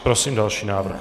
Prosím další návrh.